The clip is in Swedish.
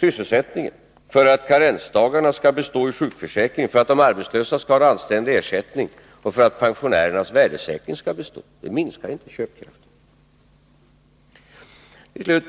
sysselsättningen, för att karensdagarna skall bestå i sjukförsäkringen, för att de arbetslösa skall ha en anständig ersättning och för att pensionernas värdesäkring skall bestå — detta minskar inte köpkraften. Till slut!